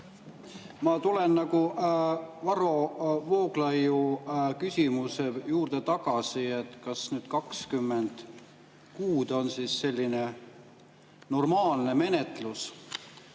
Ma tulen Varro Vooglaiu küsimuse juurde tagasi, et kas need 20 kuud on selline normaalne menetlus.